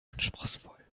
anspruchsvoll